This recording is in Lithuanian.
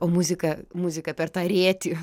o muzika muzika per tą rėtį